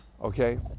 okay